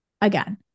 again